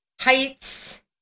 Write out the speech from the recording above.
heights